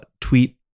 tweet